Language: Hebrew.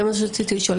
זה מה שרציתי לשאול.